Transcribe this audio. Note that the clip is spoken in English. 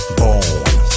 bone